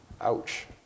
Ouch